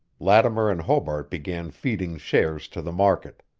lattimer and hobart began feeding shares to the market.